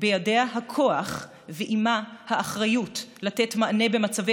בידיה הכוח ולה האחריות לתת מענה במצבי